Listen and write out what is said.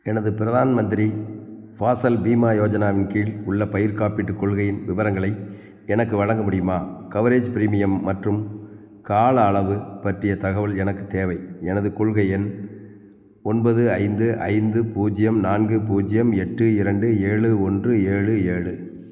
எனது பிரதான் மந்திரி ஃபாசல் பீமா யோஜனாவின் கீழ் உள்ள பயிர்க் காப்பீட்டுக் கொள்கையின் விவரங்களை எனக்கு வழங்க முடியுமா கவரேஜ் பிரீமியம் மற்றும் கால அளவு பற்றிய தகவல் எனக்குத் தேவை எனது கொள்கை எண் ஒன்பது ஐந்து ஐந்து பூஜ்ஜியம் நான்கு பூஜ்ஜியம் எட்டு இரண்டு ஏழு ஒன்று ஏழு ஏழு